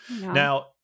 now